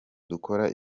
dukora